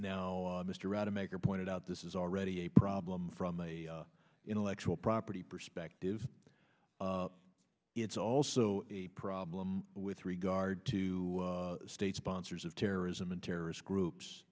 now mr outta maker pointed out this is already a problem from an intellectual property perspective it's also a problem with regard to state sponsors of terrorism and terrorist groups